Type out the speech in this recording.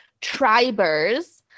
tribers